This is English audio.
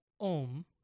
Om